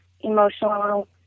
emotional